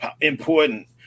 important